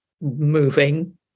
moving